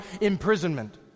imprisonment